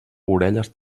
orelles